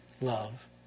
love